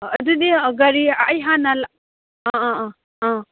ꯑꯣ ꯑꯗꯨꯗꯤ ꯒꯥꯔꯤ ꯑꯩ ꯍꯥꯟꯅ ꯑ ꯑ ꯑ